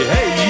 Hey